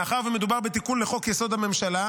מאחר שמדובר בתיקון לחוק-יסוד: הממשלה,